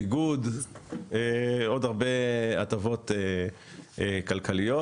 ביגוד ועוד הרבה הטבות כלכליות